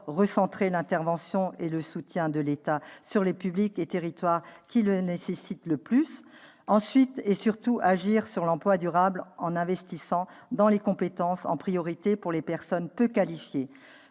recentrer l'intervention et le soutien de l'État sur les publics et territoires qui en ont le plus besoin. Ensuite, et surtout, il faut agir sur l'emploi durable en investissant dans les compétences, en priorité pour les personnes peu qualifiées.